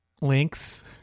Links